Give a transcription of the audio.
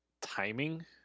timing